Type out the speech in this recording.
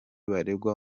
baregwa